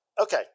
okay